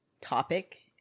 topic